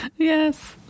Yes